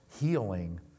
healing